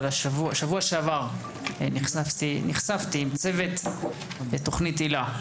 אבל בשבוע שבעבר נחשפתי לצוות בתוכנית היל"ה,